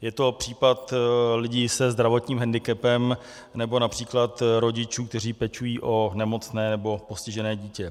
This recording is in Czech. Je to případ lidí se zdravotním hendikepem nebo např. rodičů, kteří pečují o nemocné nebo postižené dítě.